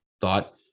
thought